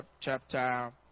chapter